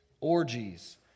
orgies